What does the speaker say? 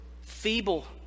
feeble